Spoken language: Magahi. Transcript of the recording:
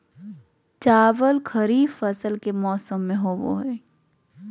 चावल खरीफ फसल के मौसम में होबो हइ